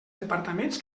departaments